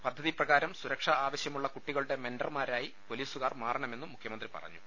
പദ്ധതി പ്രകാരം സുരക്ഷ ആവശ്യമുള്ള കുട്ടികളുടെ മെൻഡർമാരായി പോലീസുകാർ മാറണമെന്നും മുഖ്യമന്ത്രി പറഞ്ഞു